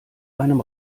einem